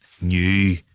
new